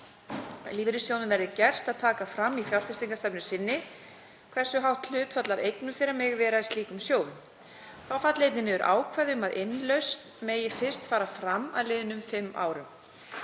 Lífeyrissjóðnum verði gert að taka fram í fjárfestingarstefnu sinni hversu hátt hlutfall af eignum þeirra megi vera í slíkum sjóðum. Þá falli einnig niður ákvæði um að innlausn megi fyrst fara fram að liðnum fimm árum.